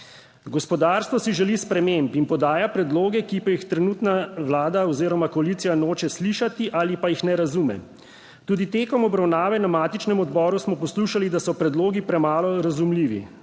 Gospodarstvo si želi sprememb in podaja predloge, ki pa jih trenutna Vlada oziroma koalicija noče slišati ali pa jih ne razume. Tudi tekom obravnave na matičnem odboru smo poslušali, da so predlogi premalo razumljivi,